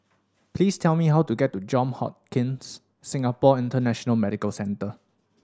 please tell me how to get to John Hopkins Singapore International Medical Centre